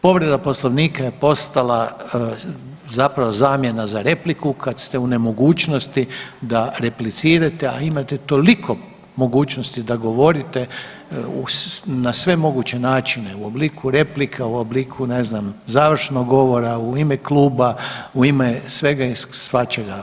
Povreda poslovnika je postala zapravo zamjena za repliku kad ste u nemogućnosti da replicirate, a imate toliko mogućnosti da govorite na sve moguće načine u obliku replika, u obliku ne znam završnog govora u ime kluba, u ime svega i svačega.